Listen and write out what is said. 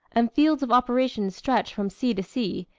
and fields of operations stretch from sea to sea,